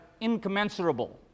incommensurable